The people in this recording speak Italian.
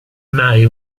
mai